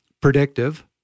predictive